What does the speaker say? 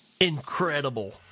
incredible